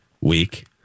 Week